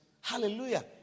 Hallelujah